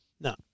No